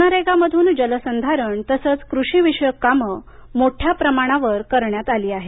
मनरेगा मधून जलसंधारण तसंच कृषी विषयक कामं मोठया प्रमाणावर करण्यात आली आहेत